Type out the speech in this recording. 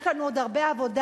יש לנו עוד הרבה עבודה.